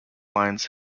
lines